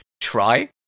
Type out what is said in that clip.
try